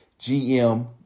GM